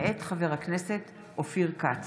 מאת חבר הכנסת יואב בן צור,